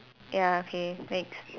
ya okay next